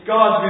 God